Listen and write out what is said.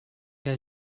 que